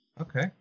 Okay